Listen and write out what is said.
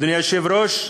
אדוני היושב-ראש,